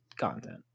content